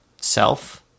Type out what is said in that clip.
self